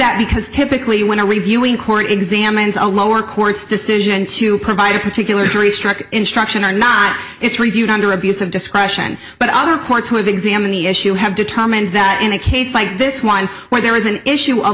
that because typically when are reviewing court examines a lower court's decision to provide a particular jury struck instruction or not it's reviewed under abuse of discretion but other point to examine the issue have determined that in a case like this one where there is an issue